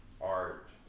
art